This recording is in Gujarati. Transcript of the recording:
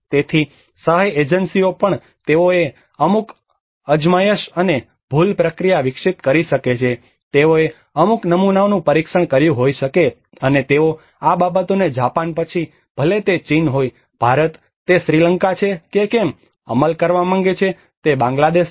તેથી સહાય એજન્સીઓ પણ તેઓએ અમુક અજમાયશ અને ભૂલ પ્રક્રિયા વિકસિત કરી શકે છે તેઓએ અમુક નમૂનાઓનું પરીક્ષણ કર્યું હોઈ શકે અને તેઓ આ બાબતોને જાપાન પછી ભલે તે ચીન હોય ભારત તે શ્રીલંકા છે કે કેમ અમલ કરવા માંગે છે તે બાંગ્લાદેશ છે